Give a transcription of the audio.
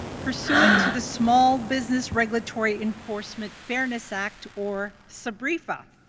pursuant to the small business regulatory enforcement fairness act, or sbrefa.